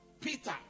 Peter